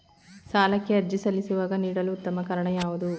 ಸಾಲಕ್ಕೆ ಅರ್ಜಿ ಸಲ್ಲಿಸುವಾಗ ನೀಡಲು ಉತ್ತಮ ಕಾರಣ ಯಾವುದು?